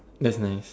that's nice